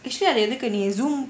actually அது எதுக்கு:athu ethuku Zoom